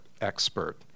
expert